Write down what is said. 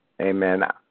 amen